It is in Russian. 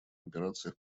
операциях